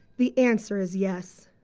the answer is yes!